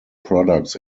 products